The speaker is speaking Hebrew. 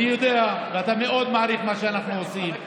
אני יודע, ואתה מאוד מעריך את מה שאנחנו עושים.